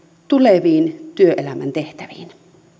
tuleviin työelämän tehtäviin